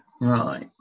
Right